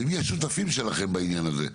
ומי השותפים שלכם בעניין הזה?